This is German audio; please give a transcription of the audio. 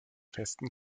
festen